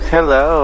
Hello